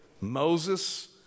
Moses